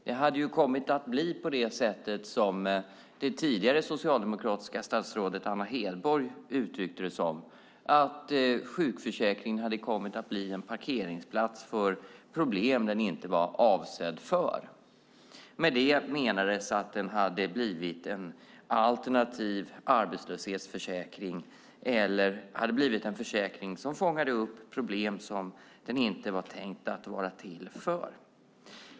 Det hade kommit att bli på det sättet, som det tidigare socialdemokratiska statsrådet Anna Hedborg uttryckte det, att sjukförsäkringen var en parkeringsplats för problem som den inte var avsedd för. Med det menades att den hade blivit en alternativ arbetslöshetsförsäkring eller en försäkring som fångade upp problem som den inte var tänkt att vara till för.